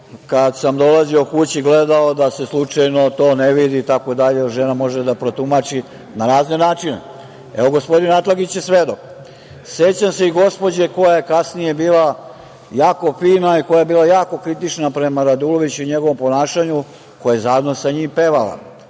kada sam dolazio kući gledao da se slučajno to ne vidi, jer žena može da protumači na razne načine. Evo, gospodin Atlagić je svedok.Sećam se i gospođe koja je kasnije bila jako fina i koja je bila jako kritična prema Raduloviću i njegovom ponašanju, koja je zajedno sa njim pevala.